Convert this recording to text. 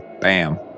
bam